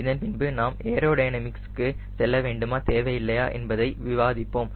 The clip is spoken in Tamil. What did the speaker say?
இதன்பின்பு நாம் ஏரோ டைனமிக்ஸ்க்கு செல்ல வேண்டுமா தேவை இல்லையா என்பதை விவாதிப்போம்